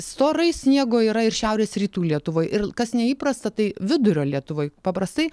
storai sniego yra ir šiaurės rytų lietuvoj ir kas neįprasta tai vidurio lietuvoj paprastai